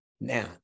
Now